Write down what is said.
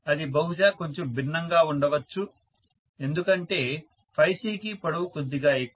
అది బహుశా కొంచెం భిన్నంగా ఉండచ్చు ఎందుకంటే Cకి పొడవు కొద్దిగా ఎక్కువ